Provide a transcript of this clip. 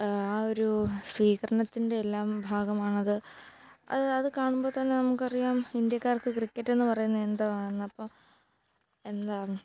ആ ഒരു സ്വീകരണത്തിൻ്റെ എല്ലാം ഭാഗമാണത് അത് അതു കാണുമ്പോൾ തന്നെ നമുക്കറിയാം ഇന്ത്യക്കാർക്ക് ക്രിക്കറ്റ് എന്നു പറയുന്നത് എന്തോ ആണ് അപ്പോൾ എന്താ